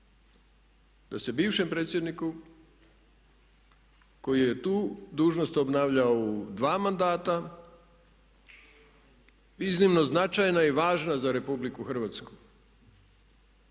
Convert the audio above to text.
da se bivšem predsjedniku koji je tu dužnost obnavljao u dva mandata iznimno značajna i važna za Republiku Hrvatsku